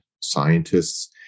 scientists